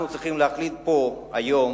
אנחנו צריכים להחליט פה היום,